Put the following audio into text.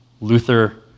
Luther